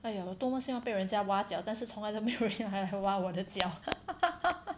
!aiya! 我多么希望被人家挖角但是从来都没有人要来挖我的脚